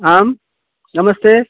आं नमस्ते